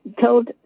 told